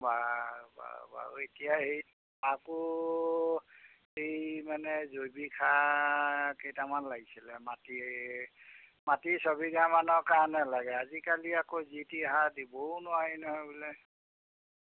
বাৰু বাৰু বাৰু এতিয়া সেই আকৌ এই মানে জৈৱিক সাৰ কেইটামান লাগিছিলে মাটি মাটি ছবিঘামানৰ কাৰণে লাগে আজিকালি আকৌ যিটি সাৰ দিবও নোৱাৰি নহয় বোলে